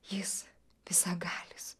jis visagalis